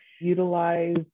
utilize